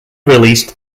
released